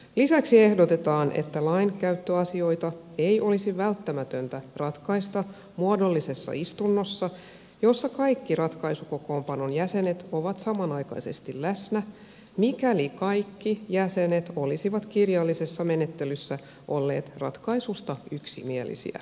lisäksi ehdotetaan että lainkäyttöasioita ei olisi välttämätöntä ratkaista muodollisessa istunnossa jossa kaikki ratkaisukokoonpanon jäsenet ovat samanaikaisesti läsnä mikäli kaikki jäsenet olisivat kirjallisessa menettelyssä olleet ratkaisusta yksimielisiä